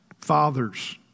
Father's